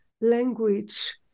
Language